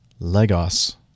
Legos